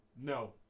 no